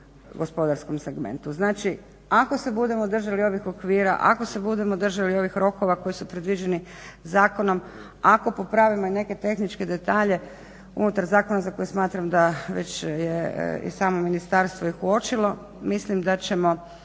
gospodarskom segmentu. Znači ako se budemo držali ovih okvira, ako se budemo držali ovih rokova koji su predviđeni zakonom, ako popravimo i neke tehničke detalje unutar zakona za koji smatram da već je i samo ministarstvo ih uočilo. Mislim da ćemo